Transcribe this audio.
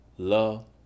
Love